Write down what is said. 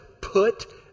put